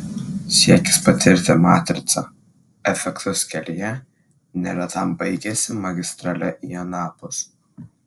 siekis patirti matrica efektus kelyje neretam baigiasi magistrale į anapus